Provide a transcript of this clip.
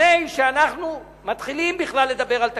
לפני שאנחנו מתחילים בכלל לדבר על התקציב,